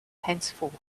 henceforth